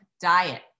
diet